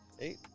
eight